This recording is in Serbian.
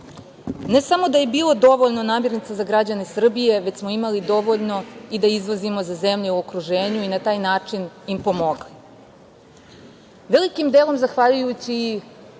Ne samo da je bilo dovoljno namernica za građane Srbije, već smo imali dovoljno i da izvozimo za zemlje u okruženju i na taj način im pomogli. Velikim delom zahvaljujući